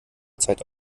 zeit